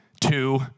two